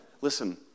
listen